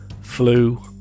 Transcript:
flu